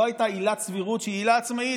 לא הייתה עילת סבירות שהיא עילה עצמאית,